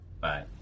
Bye